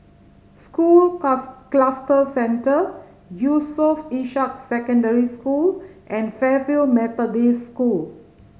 School Cluster Centre Yusof Ishak Secondary School and Fairfield Methodist School